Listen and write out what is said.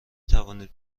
توانید